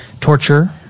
Torture